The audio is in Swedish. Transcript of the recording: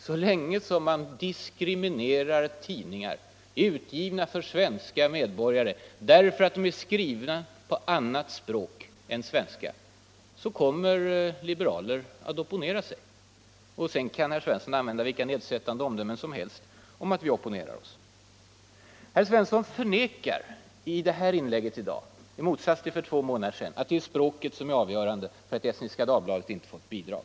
Så länge man diskriminerar tidningar, utgivna för svenska medborgare, därför att de är skrivna på annat språk än svenska kommer liberaler att opponera sig. Sedan kan herr Svensson använda vilka nedsättande omdömen som helst om att vi fullföljer vår kritik. Herr Svensson förnekar i sitt inlägg i dag, i motsats till för två månader sedan, att det är språket som är avgörande för att Estniska Dagbladet inte fått bidrag.